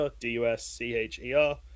d-u-s-c-h-e-r